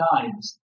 times